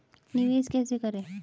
निवेश कैसे करें?